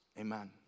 amen